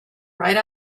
right